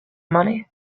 money